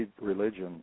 religion